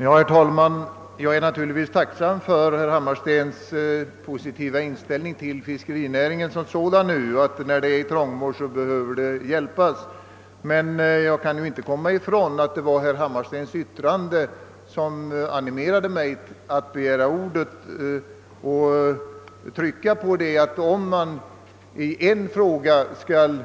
Herr talman! Jag är naturligtvis tacksam för herr Hammarstens positiva inställning till fiskerinäringen som sådan och att den bör hjälpas nu, när den befinner sig i trångmål. Men jag kan inte komma ifrån att det var herr Hammarstens yttrande som animerade mig att begära ordet för att understryka att om man i en fråga skall